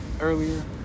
earlier